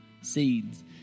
seeds